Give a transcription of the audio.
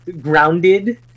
grounded